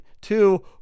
Two